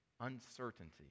Uncertainty